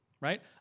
Right